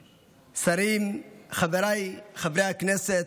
שרים, חבריי חברי הכנסת,